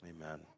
Amen